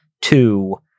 Two